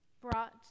brought